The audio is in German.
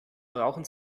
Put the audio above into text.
brauchen